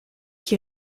qui